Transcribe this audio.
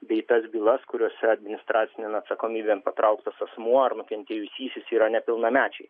bei tas bylas kuriose administracinėn atsakomybėn patrauktas asmuo ar nukentėjusysis yra nepilnamečiai